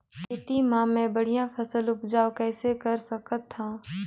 खेती म मै बढ़िया फसल उपजाऊ कइसे कर सकत थव?